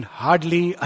hardly